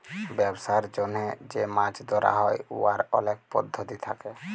ব্যবসার জ্যনহে যে মাছ ধ্যরা হ্যয় উয়ার অলেক পদ্ধতি থ্যাকে